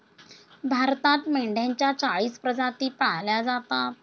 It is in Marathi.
भारतात मेंढ्यांच्या चाळीस प्रजाती पाळल्या जातात